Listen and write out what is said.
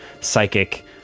psychic